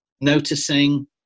noticing